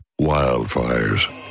wildfires